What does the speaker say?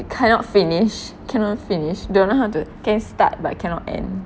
cannot finish cannot finish don't know how to can start but cannot end